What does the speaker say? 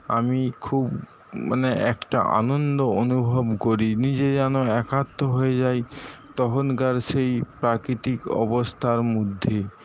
আমি খুব মানে একটা আনন্দ অনুভব করি নিজে যেন একাত্ম হয়ে যাই তখনকার সেই প্রাকৃতিক অবস্থার মধ্যে